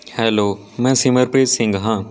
hello ਮੈਂ ਸਿਮਰਪ੍ਰੀਤ ਸਿੰਘ ਹਾਂ